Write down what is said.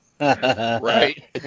Right